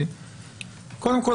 קודם כול,